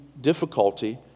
difficulty